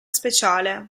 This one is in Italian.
speciale